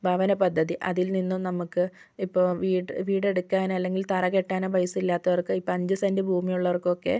ഭവന പദ്ധതി അതിൽ നിന്നും നമുക്ക് ഇപ്പോൾ വീട് വീടെടുക്കാൻ അല്ലെങ്കിൽ തറ കെട്ടാനോ പൈസ ഇല്ലാത്തവർക്ക് ഇപ്പം അഞ്ച് സെന്റ് ഭൂമിയുള്ളവർക്കൊക്കെ